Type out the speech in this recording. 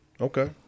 Okay